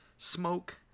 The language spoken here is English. Smoke